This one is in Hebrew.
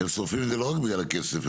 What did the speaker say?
הם שורפים לא רק בגלל הכסף.